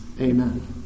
Amen